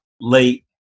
late